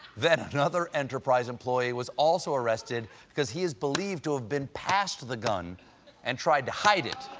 then another enterprise employee was also arrested because he is believed to have been passed the gun and tried to hide it.